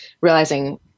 realizing